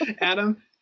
Adam